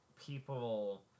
people